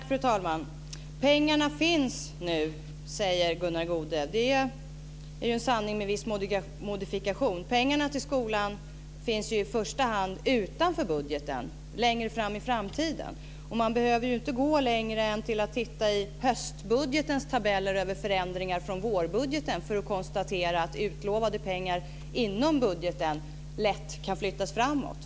Fru talman! Pengarna finns nu, säger Gunnar Goude. Det är en sanning med en viss modifikation. Pengarna till skolan finns i första hand utanför budgeten, längre fram i framtiden. Man behöver inte gå längre än till att titta i höstbudgetens tabeller över förändringar från vårbudgeten för att konstatera att utlovade pengar inom budgeten lätt kan flyttas framåt.